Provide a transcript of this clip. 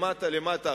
למטה למטה,